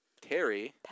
Terry